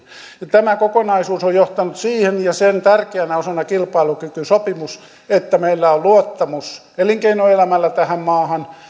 ja tämä kokonaisuus ja sen tärkeänä osana kilpailukykysopimus että meillä on elinkeinoelämällä luottamus tähän maahan